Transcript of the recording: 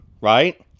right